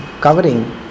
covering